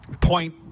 Point